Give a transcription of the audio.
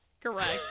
correct